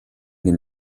den